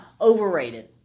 Overrated